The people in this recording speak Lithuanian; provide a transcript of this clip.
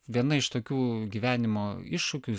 viena iš tokių gyvenimo iššūkių